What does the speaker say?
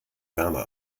wärme